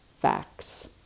facts